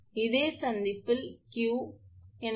இதேபோல் சந்திப்பில் Q 𝜔𝐶𝑉3 𝜔𝐶𝑉2 𝜔 0